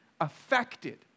affected